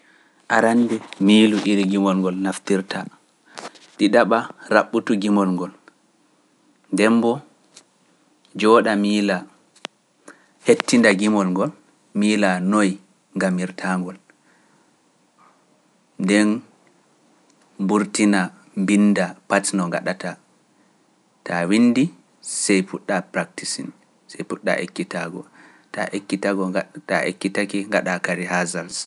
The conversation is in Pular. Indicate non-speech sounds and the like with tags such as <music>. <hesitation> Arande heɓu ko ngimanta, ndemboo keɓa keɓa melodi ma ɗum jowanta jimol ngol, ta heɓi sey njoɗoɗa mbinnda liriks ma, mbinnda jimiiji ma aayaaji ɗen ɗe pati mbinnda ɗe, ta winndi sey ngara njoɗoɗa sey ngaɗa rekodin maaje, ngaɗa praktisi.